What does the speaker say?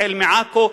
עכו,